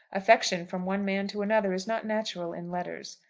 affection from one man to another is not natural in letters.